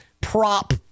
prop